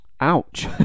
Ouch